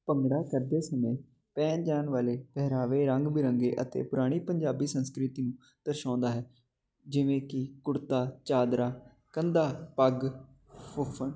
ਭੰਗੜਾ ਕਰਦੇ ਸਮੇਂ ਪਹਿਨੇ ਜਾਣ ਵਾਲੇ ਪਹਿਰਾਵੇ ਰੰਗ ਬਿਰੰਗੇ ਅਤੇ ਪੁਰਾਣੀ ਪੰਜਾਬੀ ਸੰਸਕ੍ਰਿਤੀ ਨੂੰ ਦਰਸਾਉਂਦਾ ਹੈ ਜਿਵੇਂ ਕਿ ਕੁੜਤਾ ਚਾਦਰਾ ਕੰਦਾ ਪੱਗ ਫੁਫਣ